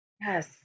Yes